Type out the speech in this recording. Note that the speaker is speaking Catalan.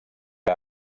que